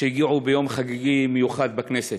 שהגיעו ליום חגיגי מיוחד בכנסת.